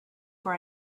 for